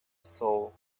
soul